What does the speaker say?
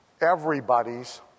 everybody's